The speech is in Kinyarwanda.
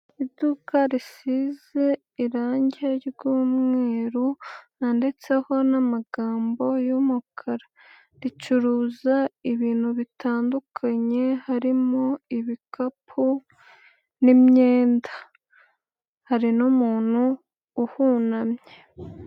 IIduka risize irangi ry'umweru ryanditseho n'amagambo y'umukara. Ricuruza ibintu bitandukanye, harimo: ibikapu n'imyenda. Hari n'umuntu uhunamye.